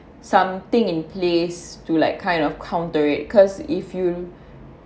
something in place to like kind of counter it because if you